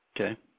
Okay